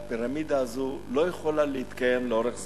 והפירמידה הזו לא יכולה להתקיים לאורך זמן.